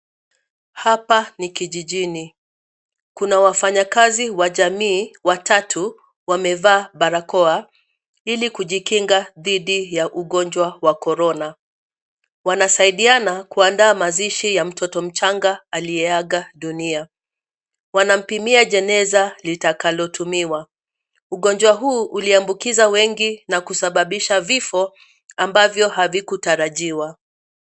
Hapa ni kijijini. Kuna wafanyikazi wa jamii watatu wamevaa barakoa ili kujikinga dhidi ya ugonjwa wa Corona . Wanasaidiana kuandaa mazishi ya mtoto mchanga aliyeaga dunia. Wanampimia jeneza litakalotumiwa. Ugonjwa huu uliambukiza wengi na kusababisha vifo ambavyo havikutarajiwa.